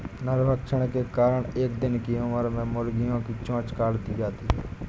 नरभक्षण के कारण एक दिन की उम्र में मुर्गियां की चोंच काट दी जाती हैं